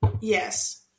Yes